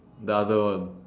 the other one